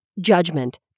judgment